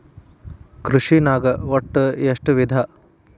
ಕೃಷಿನಾಗ್ ಒಟ್ಟ ಎಷ್ಟ ವಿಧ?